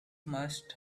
must